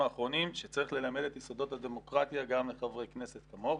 האחרונים שצריך ללמד את יסודות הדמוקרטיה גם חברי כנסת כמוך,